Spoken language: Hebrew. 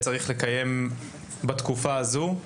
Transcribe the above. צריכים לקיים בתקופה הזו.